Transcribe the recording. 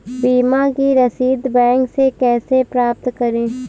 बीमा की रसीद बैंक से कैसे प्राप्त करें?